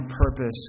purpose